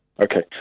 Okay